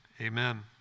amen